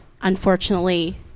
unfortunately